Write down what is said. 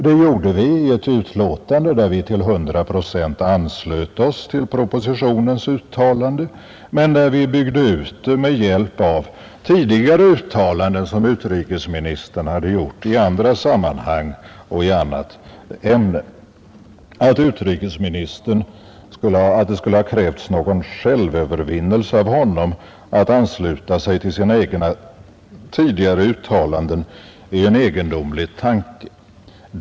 Det gjorde vi i ett utlåtande där vi till hundra procent anslöt oss till propositionens uttalande, men vi byggde ut det med hjälp av tidigare uttalanden som utrikesministern gjort i andra sammanhang och i samma ämne. Att det skulle ha krävts någon självövervinnelse av utrikesministern att ansluta sig till sina egna tidigare uttalanden är en egendomlig tanke.